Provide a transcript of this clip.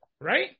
Right